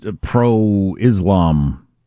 pro-Islam